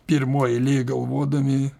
pirmoj eilėj galvodami